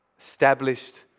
established